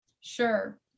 Sure